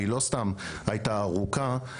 ולא סתם היא הייתה ארוכה,